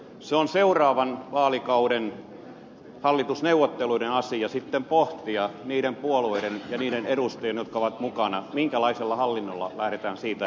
se on seuraavan vaalikauden hallitusneuvotteluiden asia sitten pohtia niiden puolueiden ja niiden edustajien jotka ovat mukana minkälaisella hallinnolla lähdetään siitä eteenpäin